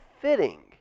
fitting